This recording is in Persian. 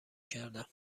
کردم